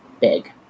big